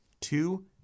Two